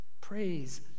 Praise